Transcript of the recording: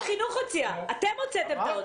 אתם הוצאתם את ההודעה.